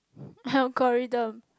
algorithm